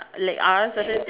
like other subject